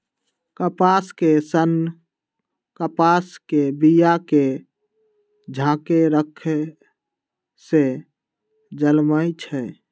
कपास के सन्न कपास के बिया के झाकेँ रक्खे से जलमइ छइ